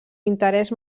interès